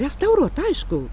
restauruot aišku